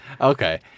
Okay